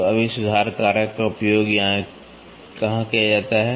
तो अब इस सुधार कारक का उपयोग कहाँ किया जाता है